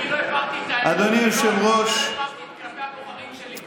אני לא העברתי את האמון כלפי הבוחרים שלי,